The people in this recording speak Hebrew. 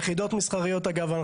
אגב,